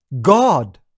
God